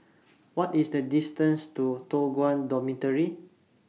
What IS The distance to Toh Guan Dormitory